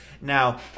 Now